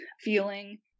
feeling